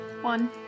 One